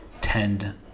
tend